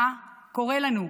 מה קורה לנו?